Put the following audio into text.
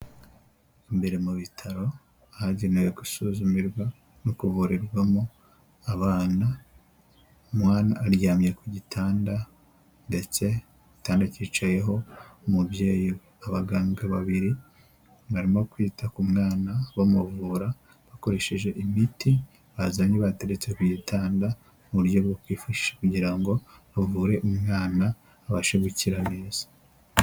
Imbere mu bitaro ahagenewe gusuzumirwa no kuvurirwamo abana. Umana aryamye ku gitanda ndetse bigitanda cyicayeho umubyeyi, abaganga babiri barimo kwita ku mwana bamuvura bakoresheje imiti bazanye bateretse ku gitanganda mu buryo bwo kwifashisha kugira ngo bavure umwana, abashe gukira neza.